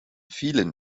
vielen